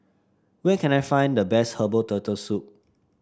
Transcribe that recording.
where can I find the best Herbal Turtle Soup